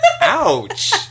Ouch